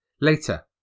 Later